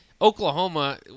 Oklahoma